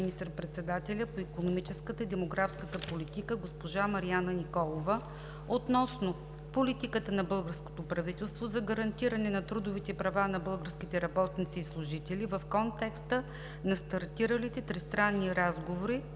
министър-председателя по икономическата и демографската политика госпожа Марияна Николова относно политиката на българското правителство за гарантиране на трудовите права на българските работници и служители в контекста на стартиралите тристранни разговори,